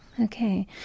Okay